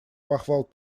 похвал